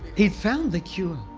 he'd found the cure.